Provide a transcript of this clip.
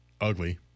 ugly